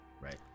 right